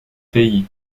pays